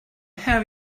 have